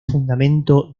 fundamento